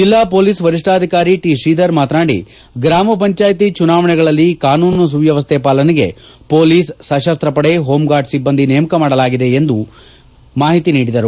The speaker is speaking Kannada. ಜಿಲ್ಲಾ ಪೊಲೀಸ್ ವರಿಷ್ಠಾಧಿಕಾರಿ ಟಿತ್ರೀಧರ ಮಾತನಾಡಿ ಗ್ರಾಮ ಪಂಚಾಯಿತಿ ಚುನಾವಣೆಗಳಲ್ಲಿ ಕಾನೂನು ಸುವ್ನವಸ್ನೆ ಪಾಲನೆಗೆ ಹೊಲೀಸ್ ಸಶಸ್ತ ಪಡೆ ಹೋಂಗಾರ್ಡ್ ಸಿಬ್ಲಂದಿ ನೇಮಕ ಮಾಡಲಾಗಿದೆ ಎಂದು ಅವರು ಹೇಳಿದರು